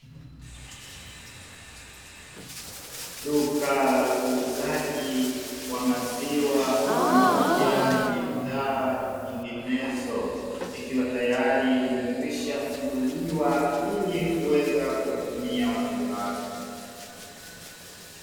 Duka la uuzaji wa maziwa pamoja na bidhaa nyinginezo, likiwa tayari limekwisha kufunguliwa, ili kuhudumia wateja wake.